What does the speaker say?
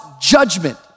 judgment